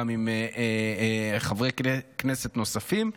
גם עם חברי כנסת נוספים,